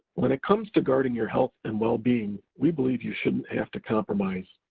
when it comes to guarding your health and well-being, we believe you shouldn't have to compromise.